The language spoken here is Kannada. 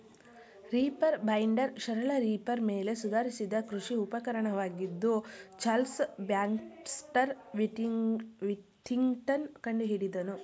ರೀಪರ್ ಬೈಂಡರ್ ಸರಳ ರೀಪರ್ ಮೇಲೆ ಸುಧಾರಿಸಿದ ಕೃಷಿ ಉಪಕರಣವಾಗಿದ್ದು ಚಾರ್ಲ್ಸ್ ಬ್ಯಾಕ್ಸ್ಟರ್ ವಿಥಿಂಗ್ಟನ್ ಕಂಡುಹಿಡಿದನು